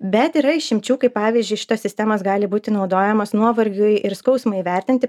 bet yra išimčių kai pavyzdžiui šitos sistemos gali būti naudojamos nuovargiui ir skausmui įvertinti